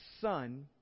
son